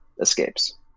escapes